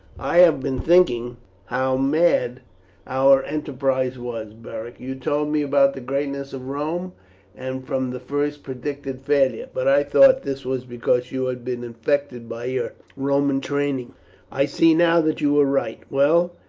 i have been thinking how mad our enterprise was, beric. you told me about the greatness of rome and from the first predicted failure, but i thought this was because you had been infected by your roman training i see now that you were right. well,